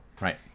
Right